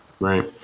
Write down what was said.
Right